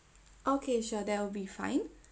okay sure that will be fine